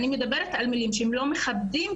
אני מדברת על מילים שלא מכבדות,